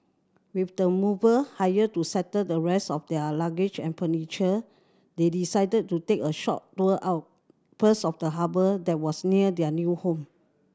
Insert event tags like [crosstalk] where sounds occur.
with the mover hired to settle the rest of their luggage and furniture they decided to take a short tour [unintelligible] first of the harbour that was near their new home